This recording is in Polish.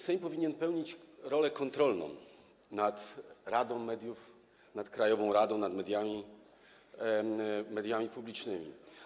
Sejm powinien pełnić rolę kontrolną nad radą mediów, nad krajową radą, nad mediami publicznymi.